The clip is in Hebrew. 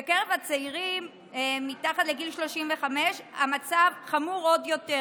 בקרב הצעירים מתחת לגיל 35 המצב חמור עוד יותר: